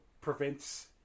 prevents